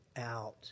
out